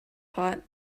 pot